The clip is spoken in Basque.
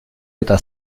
eta